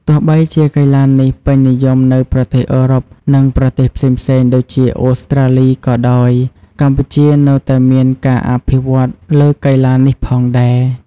ទោះបីជាកីឡានេះពេញនិយមនៅប្រទេសអឺរ៉ុប និងប្រទេសផ្សេងៗដូចជា អូស្រ្តាលី ក៏ដោយ កម្ពុជានៅតែមានការអភិវឌ្ឍន៍លើកីឡានេះផងដែរ។